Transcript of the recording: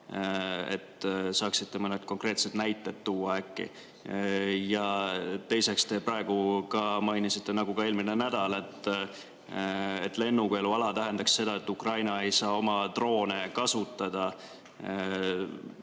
Kas saaksite mõned konkreetsed näited tuua äkki? Teiseks, te praegu mainisite, nagu ka eelmine nädal, et lennukeeluala tähendaks seda, et Ukraina ei saaks droone kasutada.